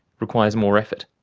requires more effort,